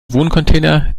wohncontainer